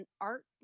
art